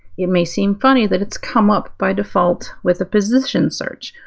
it may seem funny that it's come up by default with a position search,